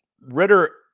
Ritter